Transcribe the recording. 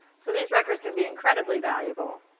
so these records can be incredibly valuable.